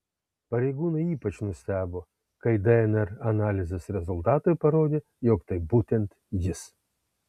pareigūnai ypač nustebo kai dnr analizės rezultatai parodė jog tai būtent jis